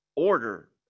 order